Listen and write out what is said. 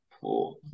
four